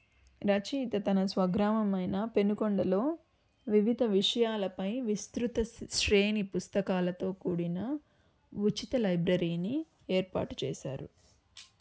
రచయిత తన స్వగ్రామమైన పెనుకొండలో వివిధ విషయాలపై విస్తృత శ్రేణి పుస్తకాలతో కూడిన ఉచిత లైబ్రరీని ఏర్పాటు చేశారు